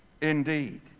indeed